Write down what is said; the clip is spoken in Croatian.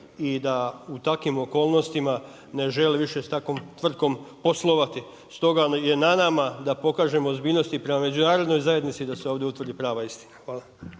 i da u takvim okolnostima ne želi više s takvom tvrtkom poslovati. Stoga je na nama da pokažemo ozbiljnost i prema međunarodnoj zajednici i da se ovdje utvrdi prava istina. Hvala.